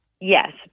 Yes